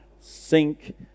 sink